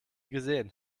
gesehen